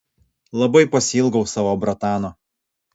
labai pasiilgau savo bratano